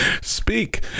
Speak